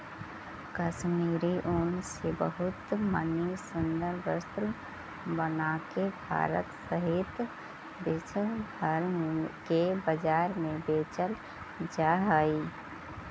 कश्मीरी ऊन से बहुत मणि सुन्दर वस्त्र बनाके भारत सहित विश्व भर के बाजार में बेचल जा हई